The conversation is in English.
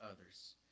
others